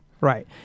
Right